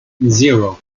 zero